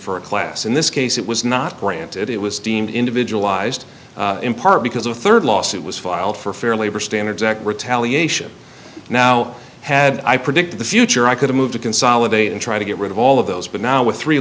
for a class in this case it was not granted it was deemed individualized in part because a rd lawsuit was filed for fair labor standards act retaliation now had i predict the future i could move to consolidate and try to get rid of all of those but now with three